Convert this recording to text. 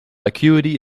acuity